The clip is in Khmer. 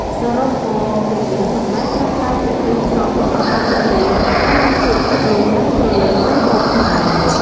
សរុបមក គ្រឿង មិនមែនត្រឹមតែជាគ្រឿងផ្សំធម្មតានោះទេ ប៉ុន្តែវាជា បេះដូង និងព្រលឹង នៃម្ហូបខ្មែរ។